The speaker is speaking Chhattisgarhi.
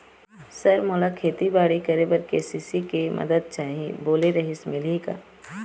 सर मोला खेतीबाड़ी करेबर के.सी.सी के मंदत चाही बोले रीहिस मिलही का?